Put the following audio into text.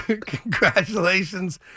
congratulations